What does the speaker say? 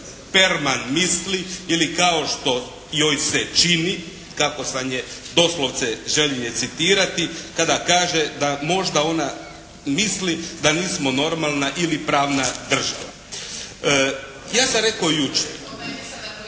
Perman misli ili kao što joj se čini kako sam je doslovce želio citirati kada kaže da možda ona misli da nismo normalna ili pravna država. Ja sam rekao jučer,